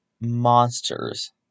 monsters